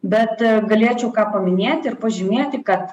bet galėčiau ką paminėti ir pažymėti kad